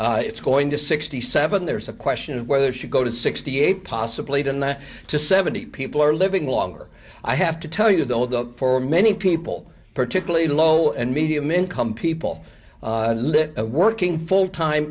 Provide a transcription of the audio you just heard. it's going to sixty seven there's a question of whether should go to sixty eight possibly deny to seventy people are living longer i have to tell you though the for many people particularly low and medium income people live working full time